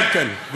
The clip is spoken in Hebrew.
כן, כן.